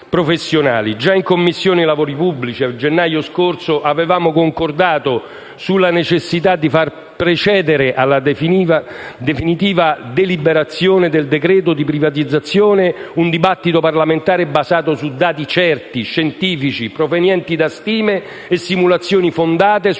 Già in Commissione lavori pubblici, a gennaio scorso, avevamo concordato sulla necessità di far precedere alla definitiva deliberazione del decreto di privatizzazione un dibattito parlamentare basato su dati certi, scientifici, provenienti da stime e simulazioni fondate su